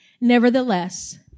nevertheless